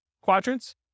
quadrants